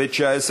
ו-19,